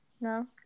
no